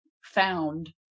found